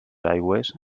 aigües